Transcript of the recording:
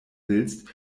willst